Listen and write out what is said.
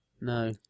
No